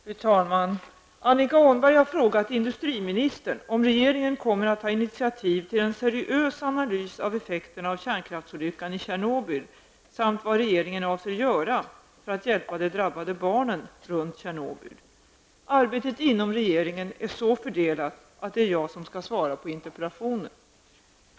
Fru talman! Annika Åhnberg har frågat industriministern om regeringen kommer att ta initiativ till en seriös analys av effekterna av kärnkraftsolyckan i Tjernobyl samt vad regeringen avser göra för att hjälpa de drabbade barnen runt Arbetet inom regeringen är så fördelat att det är jag som skall svara på interpellationen.